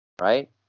Right